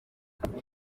kdi